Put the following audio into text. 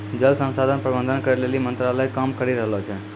जल संसाधन प्रबंधन करै लेली मंत्रालय काम करी रहलो छै